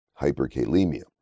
hyperkalemia